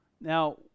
Now